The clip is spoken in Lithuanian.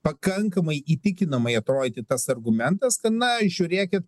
pakankamai įtikinamai atrodyti tas argumentas kad na žiūrėkit